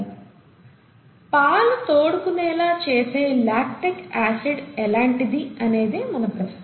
Refer slide time 1000 పాలు తోడుకునేలా చేసే లాక్టిక్ ఆసిడ్ ఎలాంటిది అనేది మన ప్రశ్న